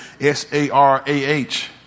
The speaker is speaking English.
S-A-R-A-H